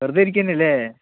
വെറുതെയിരിക്കുക തന്നയല്ലേ